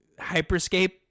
Hyperscape